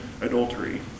adultery